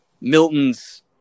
Milton's